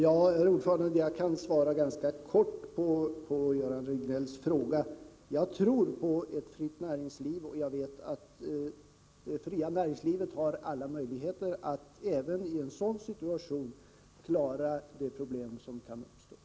Herr talman! Jag kan svara ganska kort: Jag tror på ett fritt näringsliv, och jag vet att det fria näringslivet har alla möjligheter att även i en sådan situation klara de problem som kan uppstå.